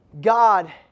God